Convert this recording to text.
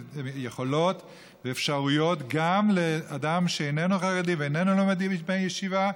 יכולות ואפשרויות גם לאדם שאיננו חרדי ואיננו לומד עם בני ישיבה.